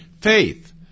Faith